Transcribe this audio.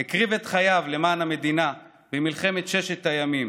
הקריב את חייו למען המדינה במלחמת ששת הימים.